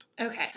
Okay